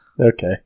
Okay